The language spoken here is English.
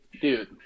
Dude